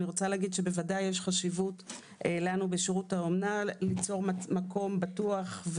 אני רוצה להגיד שבוודאי יש חשיבות לנו בשירות האומנה ליצור מקום בטוח,